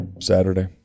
Saturday